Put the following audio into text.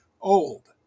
old